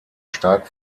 stark